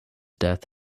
death